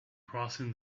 crossing